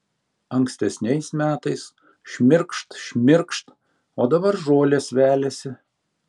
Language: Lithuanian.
ankstesniais metais šmirkšt šmirkšt o dabar žolės veliasi